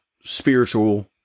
spiritual